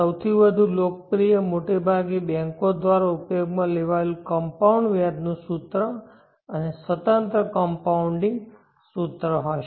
સૌથી વધુ લોકપ્રિય મોટે ભાગે બેન્કો દ્વારા ઉપયોગમાં લેવાયેલું કમ્પાઉન્ડ વ્યાજ નું સૂત્ર અને સ્વતંત્ર કકમ્પાઉન્ડિંગ સૂત્ર હશે